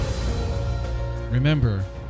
Remember